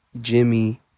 Jimmy